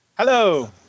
Hello